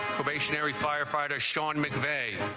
firefighter sean mcvay